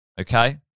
Okay